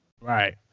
Right